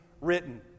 written